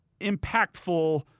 impactful